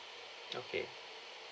okay